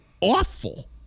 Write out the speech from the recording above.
awful